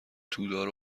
تودار